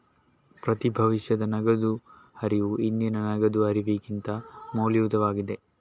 ಪ್ರತಿ ಭವಿಷ್ಯದ ನಗದು ಹರಿವು ಹಿಂದಿನ ನಗದು ಹರಿವಿಗಿಂತ ಕಡಿಮೆ ಮೌಲ್ಯಯುತವಾಗಿದೆ